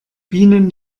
bienen